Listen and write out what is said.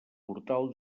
portal